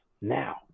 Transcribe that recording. now